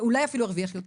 ואולי אפילו ירוויח יותר.